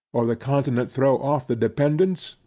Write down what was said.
or the continent throw off the dependance,